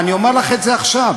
אני אומר לך את זה עכשיו,